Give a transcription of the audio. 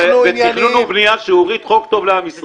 הוא בעד, אז אני מניח שלא תהיה התנגדות לשאר